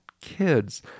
kids